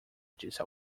disse